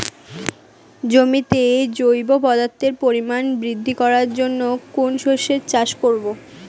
জমিতে জৈব পদার্থের পরিমাণ বৃদ্ধি করার জন্য কোন শস্যের চাষ করবো?